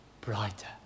brighter